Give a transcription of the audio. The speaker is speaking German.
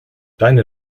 deine